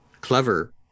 clever